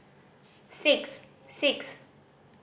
six six